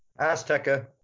Azteca